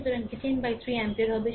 সুতরাং এটি 10 by 3 ampere হবে